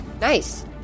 Nice